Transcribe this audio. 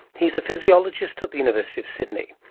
he's a physiologist at the university of sydney.